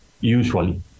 usually